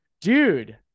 Dude